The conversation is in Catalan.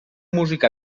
música